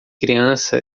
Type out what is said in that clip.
criança